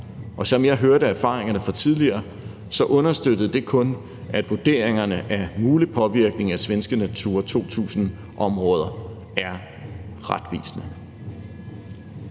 Som jeg hørte erfaringerne fra tidligere, understøtter det kun, at vurderingen af mulig påvirkning af svenske Natura 2000-områder er retvisende.